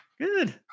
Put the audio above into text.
Good